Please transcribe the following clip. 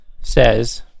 says